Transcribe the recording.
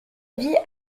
vie